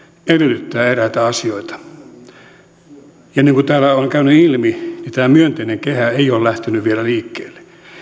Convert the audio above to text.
edellyttää eräitä asioita niin kuin täällä on käynyt ilmi tämä myönteinen kehä ei ole lähtenyt vielä liikkeelle